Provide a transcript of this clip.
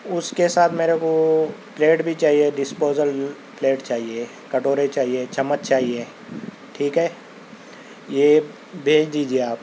اُس کے ساتھ میرے کو پلیٹ بھی چاہیے ڈسپوزل پلیٹ چاہیے کٹورے چاہیے چمچ چاہیے ٹھیک ہے یہ بھیج دیجئے آپ